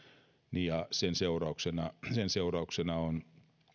ja sen seurauksena sen seurauksena on